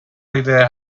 idea